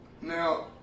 now